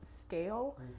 scale